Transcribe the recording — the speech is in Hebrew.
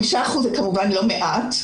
5% זה לא מעט,